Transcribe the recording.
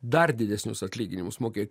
dar didesnius atlyginimus mokėt